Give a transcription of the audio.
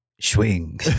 swing